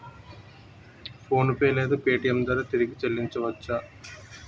PhonePe లేదా Paytm ద్వారా తిరిగి చల్లించవచ్చ?